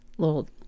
little